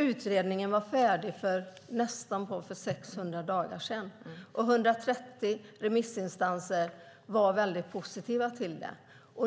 Utredningen var färdig för nästan 600 dagar sedan, och 130 remissinstanser var väldigt positiva.